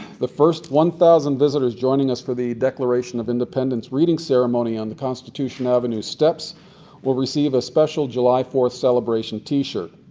the first thousand visitors joining us for the declaration of independence reading ceremony on the constitution avenue steps will receive a special july fourth celebration t-shirt.